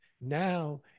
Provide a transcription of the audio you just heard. Now